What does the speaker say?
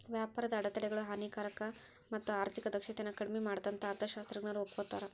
ವ್ಯಾಪಾರದ ಅಡೆತಡೆಗಳು ಹಾನಿಕಾರಕ ಮತ್ತ ಆರ್ಥಿಕ ದಕ್ಷತೆನ ಕಡ್ಮಿ ಮಾಡತ್ತಂತ ಅರ್ಥಶಾಸ್ತ್ರಜ್ಞರು ಒಪ್ಕೋತಾರ